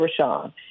Rashawn